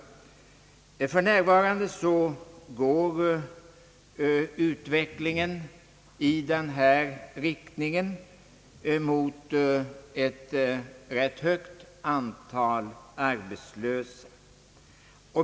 För närvarande går utvecklingen i riktning mot ett rätt stort antal arbetslösa.